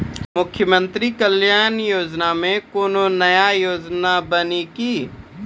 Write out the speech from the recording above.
मुख्यमंत्री कल्याण योजना मे कोनो नया योजना बानी की?